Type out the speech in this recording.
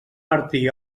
martí